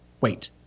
wait